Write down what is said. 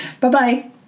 Bye-bye